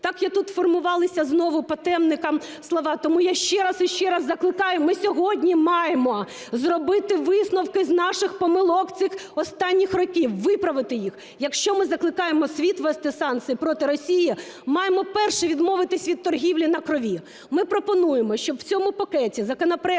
так як тут формувалися знову по темникам слова. Тому я ще раз і ще раз закликаю, ми сьогодні маємо зробити висновки з наших помилок цих останніх років, виправити їх. Якщо ми закликаємо світ ввести санкції проти Росії, маємо перші відмовитися від торгівлі на крові. Ми пропонуємо, щоб в цьому пакеті законопроектів,